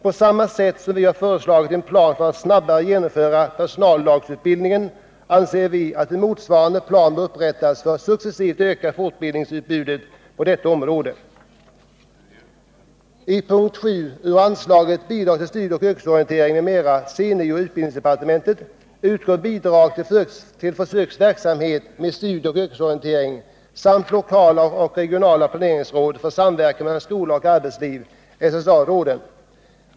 På samma sätt som vi har föreslagit en plan för att snabbare genomföra personallagsutbildning anser vi att en motsvarande plan bör upprättas för att successivt öka fortbildningsutbudet på detta område.